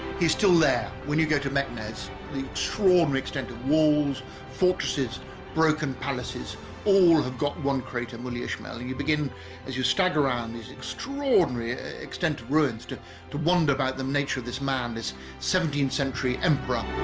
he's still there when you go to madness the extraordinary extent of walls fortresses broken palaces all have got one crater mulli ishmael you begin as you so like around these extraordinary extent of ruins to to wonder about the nature of this man this seventeenth century emperor